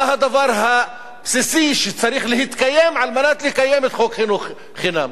מה הדבר הבסיסי שצריך להתקיים כדי לקיים את חוק חינוך חובה חינם?